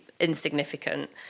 insignificant